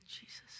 Jesus